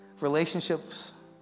relationships